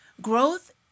Growth